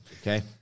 okay